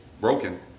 broken